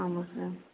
ஆமாம் சார்